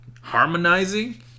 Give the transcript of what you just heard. harmonizing